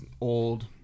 old